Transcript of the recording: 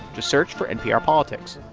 just search for npr politics.